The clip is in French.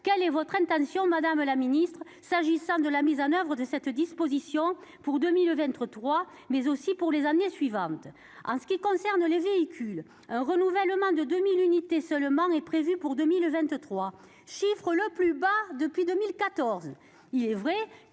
Quelle est votre intention, madame la ministre, s'agissant de la mise en oeuvre de cette disposition, pour 2023 mais aussi pour les années suivantes ? En ce qui concerne les véhicules, un renouvellement de 2 000 unités seulement est prévu pour 2023, chiffre le plus bas depuis 2014.